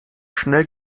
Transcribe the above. schnell